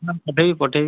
ପଠେଇବି ପଠେଇବି